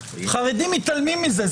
חרדים מתעלמים מזה,